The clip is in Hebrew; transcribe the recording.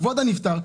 כבוד הנפטר.